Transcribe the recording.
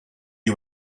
you